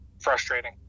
frustrating